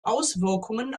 auswirkungen